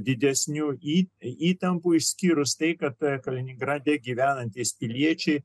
didesnių įtampų išskyrus tai kad kaliningrade gyvenantys piliečiai